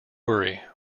worry